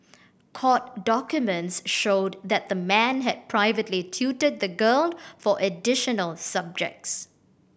court documents showed that the man had privately tutored the girl for additional subjects